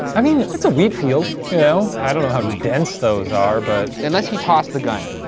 i mean, it's a wheat field, you know? i don't know how dense those are, but unless he tossed the gun,